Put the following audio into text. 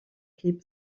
keep